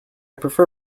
prefer